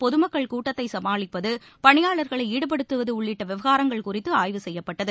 பொதுமக்கள் கூட்டத்தை சமாளிப்பது பணியாளர்களை ஈடுபடுத்துவது உள்ளிட்ட விவகாரங்கள் குறித்து ஆய்வு செய்யப்பட்டது